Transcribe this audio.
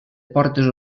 portes